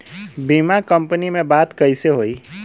बीमा कंपनी में बात कइसे होई?